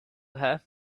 her